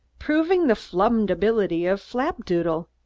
proving the flumdability of flapdoodle,